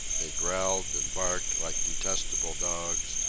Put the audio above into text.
they growled and barked like detestable dogs,